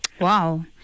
Wow